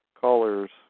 callers